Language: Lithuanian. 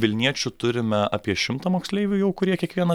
vilniečių turime apie šimtą moksleivių jau kurie kiekvieną